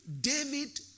David